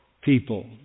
people